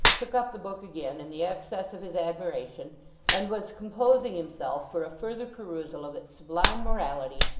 took up the book again in the excess of his admiration and was composing himself for a further perusal of its sublime morality,